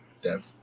Dev